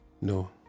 No